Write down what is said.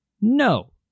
no